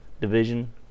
division